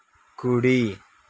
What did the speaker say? కుడి